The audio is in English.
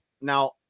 Now